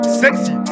sexy